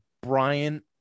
Brian